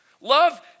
Love